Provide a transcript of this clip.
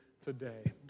today